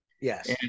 Yes